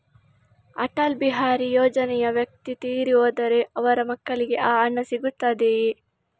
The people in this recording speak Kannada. ಅಟಲ್ ಬಿಹಾರಿ ಯೋಜನೆಯ ವ್ಯಕ್ತಿ ತೀರಿ ಹೋದರೆ ಅವರ ಮಕ್ಕಳಿಗೆ ಆ ಹಣ ಸಿಗುತ್ತದೆಯೇ?